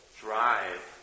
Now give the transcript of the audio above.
drive